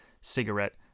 cigarette